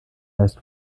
heißt